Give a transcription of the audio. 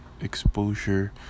exposure